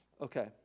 Okay